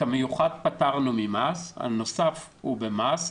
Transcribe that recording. את המיוחד פטרנו ממס, הנוסף הוא במס.